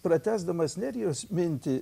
pratęsdamas nerijos mintį